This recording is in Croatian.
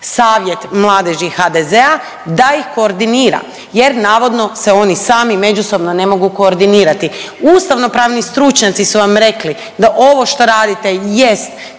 Savjet mladeži HDZ-a da ih koordinira, jer navodno se oni sami međusobno ne mogu koordinirati. Ustavnopravni stručnjaci su vam rekli da ovo što radite jest